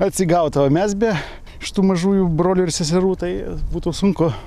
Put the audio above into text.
atsigautų o mes be šitų mažųjų brolių ir seserų tai būtų sunku